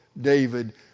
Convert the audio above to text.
David